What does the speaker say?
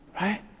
right